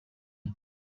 phone